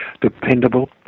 dependable